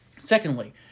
Secondly